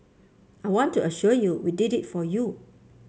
I want to assure you we did it for you